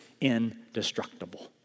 indestructible